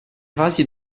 fasi